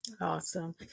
Awesome